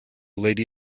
lady